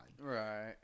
Right